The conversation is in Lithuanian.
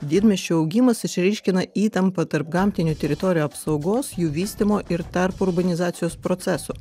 didmiesčių augimas išryškina įtampą tarp gamtinių teritorijų apsaugos jų vystymo ir tarp urbanizacijos proceso